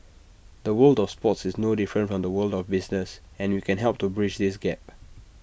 the world of sports is no different from the world of business and we can help to bridge this gap